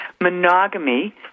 monogamy